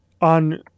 on